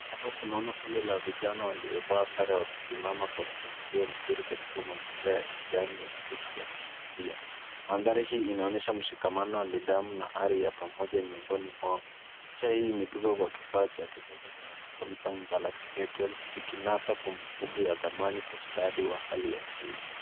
Hapa tunaona kundi la vijana waliovaa sare wakisimama kwa mpangilio mzuri katika mazingira ya kijani yenye miti ya kuvutia. Mandhari hii inaonyesha mshikamano, nidhamu na ari ya pamoja mwiongoni mwao. Picha hii imepigwa kwa kifaa cha kisasa cha Samsung Galaxy A12 ikinasa kumbukumbu ya dhamani kwa ustadi wa hali ya juu.